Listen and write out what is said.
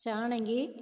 Janaki